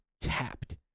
tapped